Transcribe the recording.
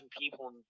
people